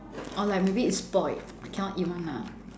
or like maybe it's spoilt cannot eat [one] lah